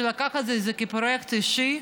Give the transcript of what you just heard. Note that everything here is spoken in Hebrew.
שלקח את זה כפרויקט אישי,